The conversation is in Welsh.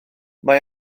mae